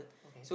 okay